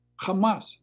Hamas